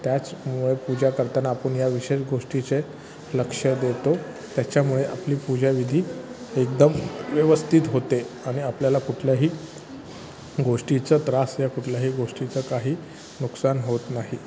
त्याचमुळे पूजा करताना आपण या विशेष गोष्टीचे लक्ष देतो त्याच्यामुळे आपली पूजाविधी एकदम व्यवस्थित होते आणि आपल्याला कुठल्याही गोष्टीचा त्रास या कुठल्याही गोष्टीचं काही नुकसान होत नाही